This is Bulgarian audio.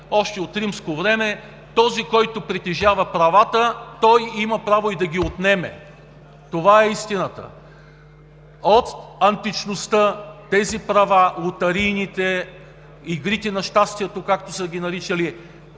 Още от римско време този, който притежава правата, той има право и да ги отнеме. Това е истината. От античността тези права – лотарийните, игрите на щастието, както са ги наричали